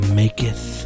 maketh